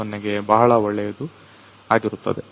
0ಗೆ ಬಹಳ ಒಳ್ಳೆಯದು ಆಗಿರುತ್ತದೆ